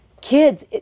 kids